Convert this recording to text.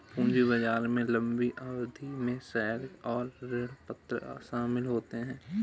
पूंजी बाजार में लम्बी अवधि में शेयर और ऋणपत्र शामिल होते है